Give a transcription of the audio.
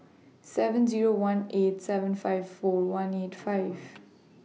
seven Zero one eight seven five four one eight five